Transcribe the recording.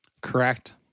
Correct